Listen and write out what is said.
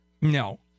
No